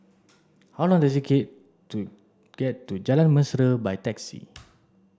how long does it take to get to Jalan Mesra by taxi